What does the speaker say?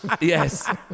Yes